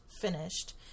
finished